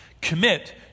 Commit